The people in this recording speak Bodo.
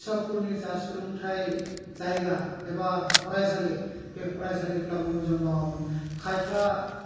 फरायसाफोरनि जा सोलोंथाइ जायगा एबा फरायसालि बे फरायसालिफ्लाबो मोजां नङामोन खायफा